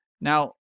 now